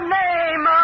name